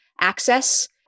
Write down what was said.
access